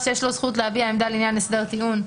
יש זכות להביע עמדה לעניין הסדר טיעון.